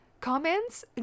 comments